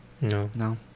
No